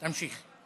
תמשיכי.